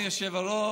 אדוני היושב-ראש,